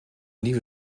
nieuwe